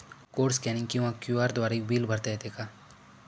Code scanning किंवा QR द्वारे bill भरता येते का?